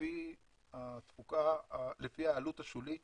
לפי העלות השולית